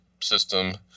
system